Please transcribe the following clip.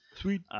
Sweet